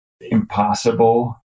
impossible